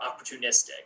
opportunistic